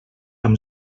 amb